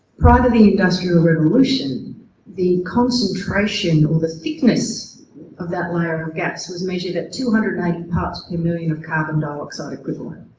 prior to the industrial revolution the concentration or the thickness of that layer of gas was measured at two hundred and eighty parts per million of carbon dioxide equivalent.